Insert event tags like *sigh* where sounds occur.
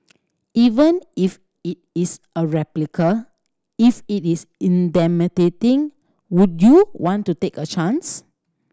even if it is a replica if it is *unintelligible* would you want to take a chance